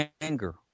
anger